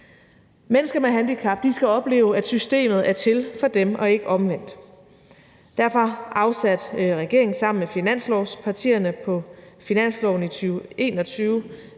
Mennesker med handicap skal opleve, at systemet er til for dem og ikke omvendt. Derfor afsatte regeringen sammen med finanslovspartierne på finansloven for 2021